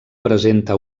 presenta